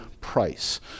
price